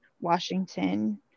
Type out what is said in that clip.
Washington